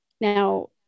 Now